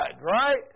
right